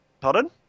Pardon